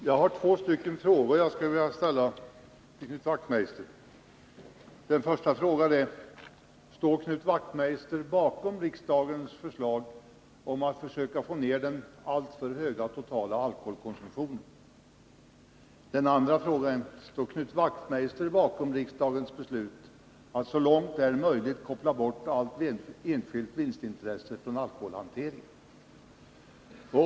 Fru talman! Jag har två frågor att ställa till Knut Wachtmeister. Den första frågan är: Står Knut Wachtmeister bakom riksdagens förslag om att försöka få ner den alltför höga totala alkoholkonsumtionen? Den andra frågan är: Står Knut Wachtmeister bakom riksdagens beslut att så långt det är möjligt koppla bort allt enskilt vinstintresse från alkoholhanteringen?